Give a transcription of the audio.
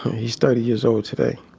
he's thirty years old today.